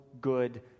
good